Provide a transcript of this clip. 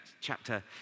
Chapter